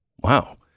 Wow